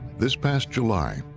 this past july,